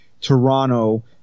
Toronto